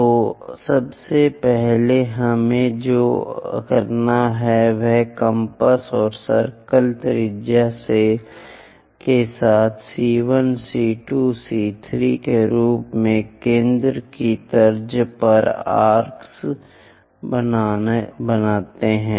तो सबसे पहले हमें जो करना है वह कम्पास और सर्कल त्रिज्या के साथ C1 C2 C3 के रूप में केंद्र की तर्ज पर आर्क्स बनाते हैं